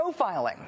profiling